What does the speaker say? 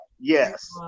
yes